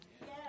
Yes